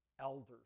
elders